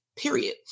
Period